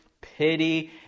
pity